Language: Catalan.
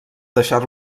deixar